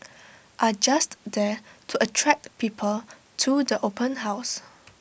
are just there to attract people to the open house